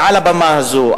מעל הבמה הזאת,